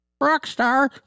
Rockstar